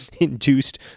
induced